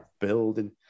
building